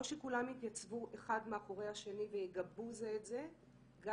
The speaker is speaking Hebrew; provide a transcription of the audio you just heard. או שכולם יתייצבו אחד מאחורי השני ויגבו זה את זה גם